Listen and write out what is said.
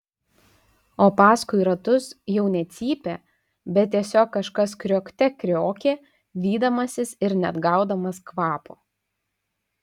o paskui ratus jau ne cypė bet tiesiog kažkas kriokte kriokė vydamasis ir neatgaudamas kvapo